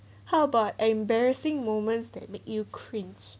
how about embarrassing moments that make you cringe